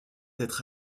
être